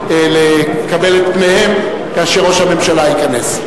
לקבל את פניהם כאשר ראש הממשלה ייכנס.